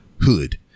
hood